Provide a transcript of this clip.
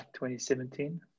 2017